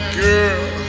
girl